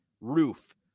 roof